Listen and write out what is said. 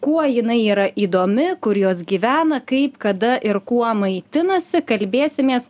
kuo jinai yra įdomi kur jos gyvena kaip kada ir kuo maitinasi kalbėsimės